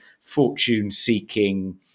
fortune-seeking